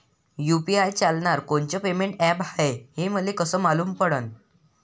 UPI चालणारं कोनचं payment app हाय, हे मले कस मालूम पडन?